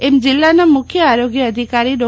એમ જિલ્લાના મુખ્ય આરોગ્ય અધિકારી ડો